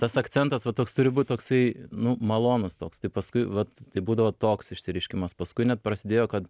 tas akcentas va toks turi būt toksai nu malonus toks tai paskui vat tai būdavo toks išsireiškimas paskui net prasidėjo kad